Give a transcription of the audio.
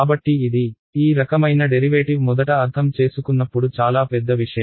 కాబట్టి ఇది ఈ రకమైన డెరివేటివ్ మొదట అర్థం చేసుకున్నప్పుడు చాలా పెద్ద విషయం